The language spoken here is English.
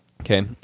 Okay